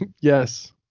Yes